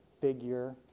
Figure